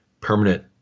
permanent